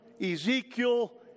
Ezekiel